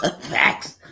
facts